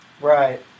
Right